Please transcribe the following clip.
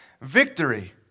victory